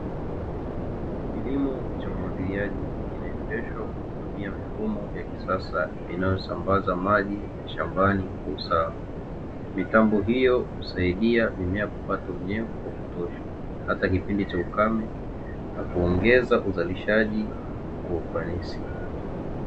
Kilimo cha umwagiliaji kinaendeshwa kwa kutumia mifumo ya kisasa inayosambaza maji shambani kwa usawa . Mitambo hiyo husaidia mimea kupata unyevu wa kutosha hata kipindi cha ukame na kuongeza uzalishaji kwa ufanisi.